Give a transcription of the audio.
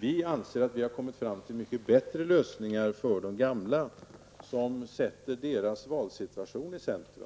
vi anser att våra lösningar är mycket bättre för de gamla. Vi sätter deras valsituation i centrum.